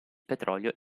petrolio